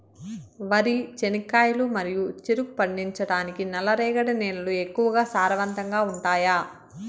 వరి, చెనక్కాయలు మరియు చెరుకు పండించటానికి నల్లరేగడి నేలలు ఎక్కువగా సారవంతంగా ఉంటాయా?